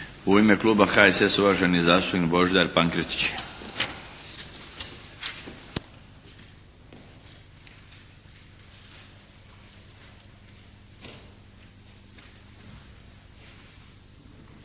U ime kluba HSS-a, uvaženi zastupnik Božidar Pankretić.